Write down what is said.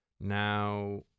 Now